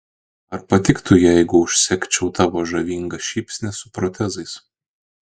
ar patiktų jeigu užsegčiau tavo žavingą šypsnį su protezais